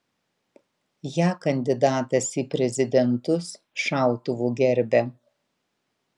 ją kandidatas į prezidentus šautuvu gerbia